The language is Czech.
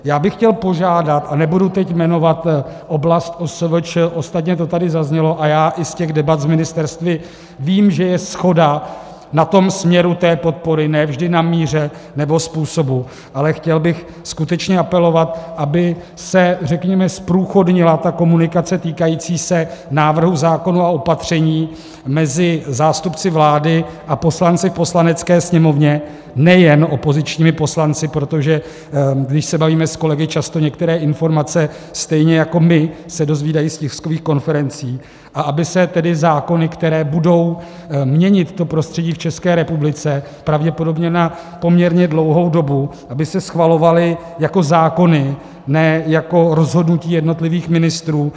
Já bych chtěl požádat, a nebudu teď jmenovat oblast OSVČ, ostatně to tady zaznělo a já i z těch debat s ministerstvy vím, že je shoda na tom směru té podpory, ne vždy na míře nebo způsobu, ale chtěl bych skutečně apelovat, aby se, řekněme, zprůchodnila komunikace týkající se návrhů zákonů a opatření mezi zástupci vlády a poslanci v Poslanecké sněmovně, nejen opozičními poslanci, protože když se bavíme s kolegy, často se některé informace stejně jako my dozvídají z tiskových konferencí, a aby se tedy zákony, které budou měnit prostředí v České republice pravděpodobně na poměrně dlouhou dobu, schvalovaly jako zákony, ne jako rozhodnutí jednotlivých ministrů.